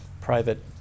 private